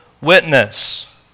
witness